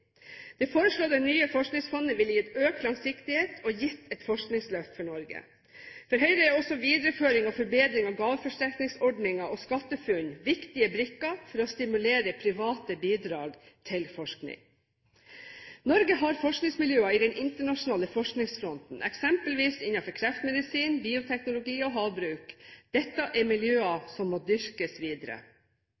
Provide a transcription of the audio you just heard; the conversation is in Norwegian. Det foreslåtte nye forskningsfondet ville gitt økt langsiktighet og gitt et forskningsløft for Norge. For Høyre er også videreføring og forbedring av gaveforsterkningsordningen og SkatteFUNN viktige brikker for å stimulere private bidrag til forskning. Norge har forskningsmiljøer i den internasjonale forskningsfronten, eksempelvis innenfor kreftmedisin, bioteknologi og havbruk. Dette er miljøer